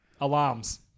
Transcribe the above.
Alarms